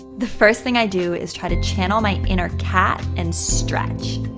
the first thing i do is try to channel my inner cat and stretch.